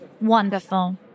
Wonderful